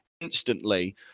instantly